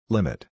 Limit